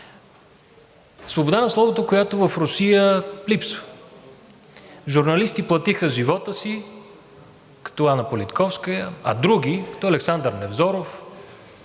Свобода на словото, която в Русия липсва. Журналисти платиха с живота си – като Анна Политковская, а други, като Александър Невзоров,